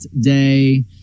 day